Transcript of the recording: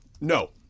No